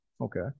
Okay